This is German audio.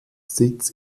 sitz